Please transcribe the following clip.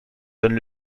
donne